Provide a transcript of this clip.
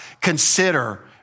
consider